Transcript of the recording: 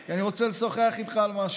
כי אני רוצה לשוחח איתך על משהו.